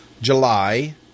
July